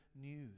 news